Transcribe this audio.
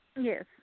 Yes